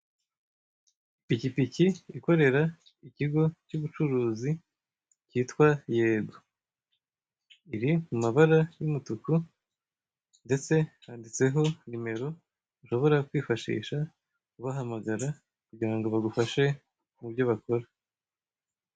Ipikipiki ikorera ikigo cy'ubucuruzi kitwa yego, iri mu mabara y'umutuku ndetse handitseho nimero ushobora kwifashisha ubahamagara kugira ngo bagufashe mu byo bakora.